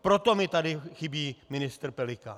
Proto mi tady chybí ministr Pelikán.